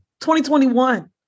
2021